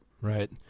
Right